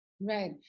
right